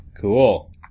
Cool